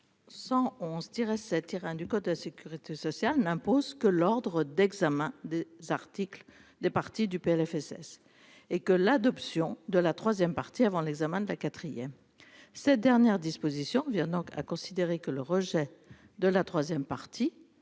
L O 111 1 du code de la sécurité sociale n'impose que l'ordre d'examen des articles, des parties du PLFSS et que l'adoption de la 3ème partie avant l'examen de la quatrième, cette dernière disposition revient donc à considérer que le rejet de la 3ème partie,